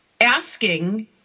asking